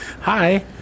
hi